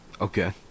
Okay